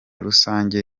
rusange